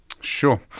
Sure